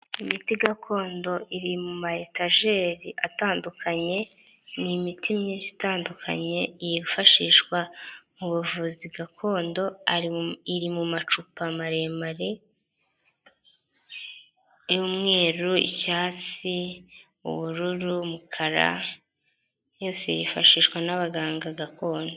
Imiti gakondo iri mu matajeri atandukanye n'imiti myinshi itandukanye yifashishwa mu buvuzi gakondo iri mu macupa maremare umweru, icyatsi, ubururu, umukara yose yifashishwa n'abaganga gakondo.